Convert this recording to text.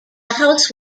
house